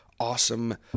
Awesome